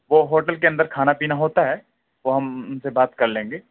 وہ ہوٹل کے اندر کھانا پینا ہوتا ہے وہ ہم اُن سے بات کر لیں گے